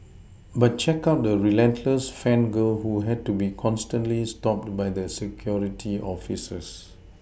but check out the relentless fan girl who had to be constantly stopped by the security officers